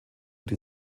die